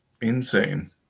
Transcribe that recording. Insane